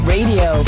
Radio